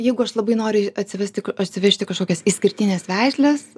jeigu aš labai noriu atsivesti parsivežti kažkokias išskirtines veisles